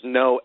no